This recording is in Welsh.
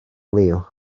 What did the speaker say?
liw